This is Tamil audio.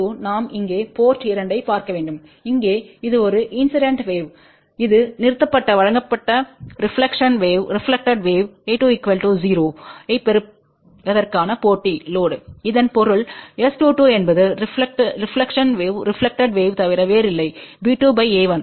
S22நாம் இங்கே போர்ட் 2 ஐப் பார்க்க வேண்டும் இங்கே இது ஒரு இன்சிடென்ட் வேவ் இது நிறுத்தப்பட்ட வழங்கப்பட்ட ரெப்லக்க்ஷன் வேவ் a1 0ஐப் பெறுவதற்கான போட்டி லோடு இதன் பொருள் S22என்பது ரெப்லக்க்ஷன் வேவ்யைத் தவிர வேறில்லை b2 a1